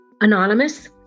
anonymous